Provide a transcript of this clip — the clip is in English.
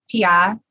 PI